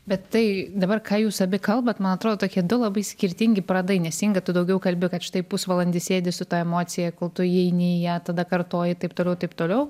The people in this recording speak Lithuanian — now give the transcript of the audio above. bet tai dabar ką jūs abi kalbat man atrodo tokie du labai skirtingi pradai nes inga tu daugiau kalbi kad štai pusvalandį sėdi su ta emocija kol tu įeini į ją tada kartoji taip toliau taip toliau